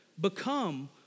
become